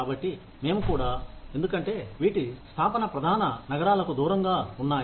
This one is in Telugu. కాబట్టి మేము కూడా ఎందుకంటే వీటి స్థాపన ప్రధాన నగరాలకు దూరంగా ఉన్నాయి